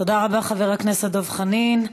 תודה רבה, חבר הכנסת דב חנין.